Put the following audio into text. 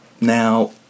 Now